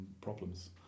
problems